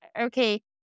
okay